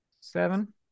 seven